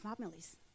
families